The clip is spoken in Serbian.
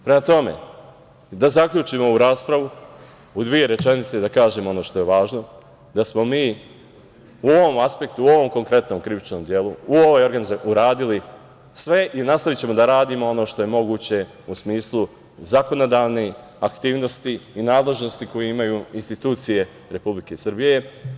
Prema tome, da zaključim ovu raspravu u dve rečenice i da kažem ono što je važno, da smo mi u ovom aspektu u ovom konkretnom krivičnom delu uradili sve i nastavićemo da radimo ono što je moguće u smislu zakonodavnih aktivnosti i nadležnosti koju imaju institucije Republike Srbije.